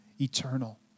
eternal